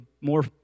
more